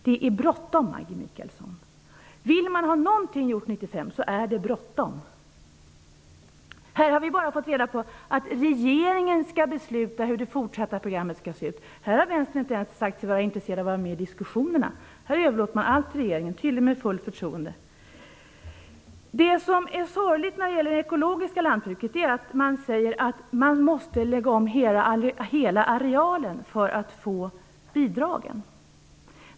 Det är bråttom, Maggi Mikaelsson. Vill man ha någonting gjort 1995, är det bråttom. Här har vi bara fått reda på att regeringen skall besluta hur det fortsatta programmet skall se ut. Här har vänstern inte ens sagt sig vara intresserad att vara med i diskussionerna. Man överlåter allt till regeringen, t.o.m. med fullt förtroende. Det som är sorgligt när det gäller det ekologiska lantbruket är att man måste lägga om hela arealen för att få bidrag.